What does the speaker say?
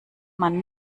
man